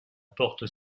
porte